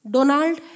Donald